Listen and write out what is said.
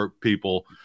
people